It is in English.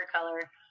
color